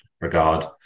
regard